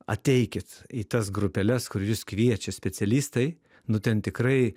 ateikit į tas grupeles kur jus kviečia specialistai nu ten tikrai